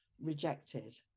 rejected